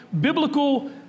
biblical